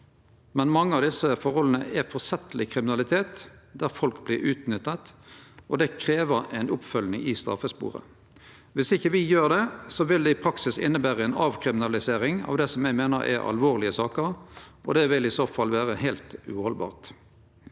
Men mange av desse forholda er forsettleg kriminalitet, der folk vert utnytta. Det krev ei oppfølging i straffesporet. Om me ikkje gjer det, vil det i praksis innebere ei avkriminalisering av det me meiner er alvorlege saker, og det vil i så fall vere heilt uhaldbart.